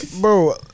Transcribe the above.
bro